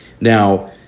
Now